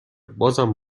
بازم